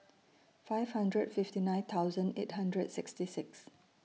five hundred fifty nine thousand eight hundred sixty six